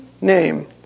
name